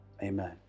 Amen